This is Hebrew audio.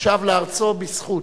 שב לארצו בזכות,